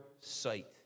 sight